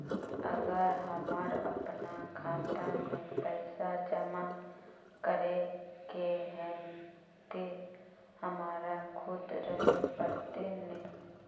अगर हमर अपना खाता में पैसा जमा करे के है ते हमरा खुद रहे पड़ते ने?